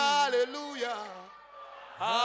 hallelujah